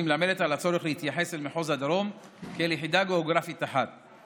והיא מלמדת על הצורך להתייחס למחוז הדרום כאל יחידה גיאוגרפית אחת.